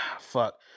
Fuck